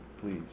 please